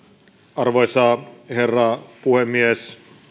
arvoisa herra puhemies